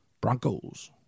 Broncos